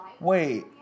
Wait